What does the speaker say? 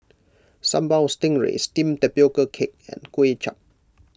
Sambal Stingray Steamed Tapioca Cake and Kuay Chap